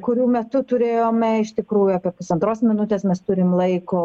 kurių metu turėjome iš tikrųjų apie pusantros minutės mes turim laiko